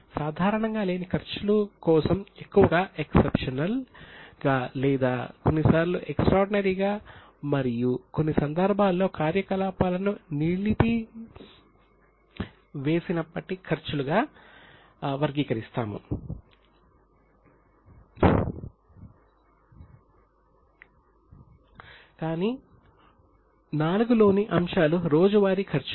కాని సాధారణంగా IV లోని అంశాలు రోజువారీ ఖర్చులు